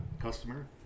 customer